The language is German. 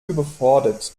überfordert